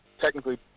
technically